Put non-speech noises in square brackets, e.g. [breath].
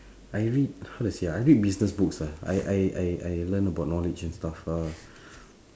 I read how to say ah I read business book ah I I I I learn about knowledge and stuff ah [breath]